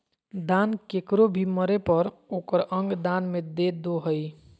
दान केकरो भी मरे पर ओकर अंग दान में दे दो हइ